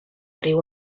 riu